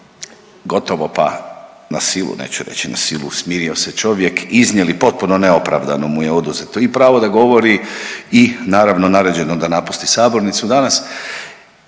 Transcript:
gotovo pa na silu, neću reći na silu, smirio se čovjek, iznijeli, potpuno neopravdano mu je oduzeto i pravo da govori i naravno naređeno da napusti sabornicu danas.